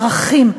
ערכים,